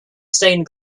stained